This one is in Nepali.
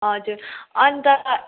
हजुर अन्त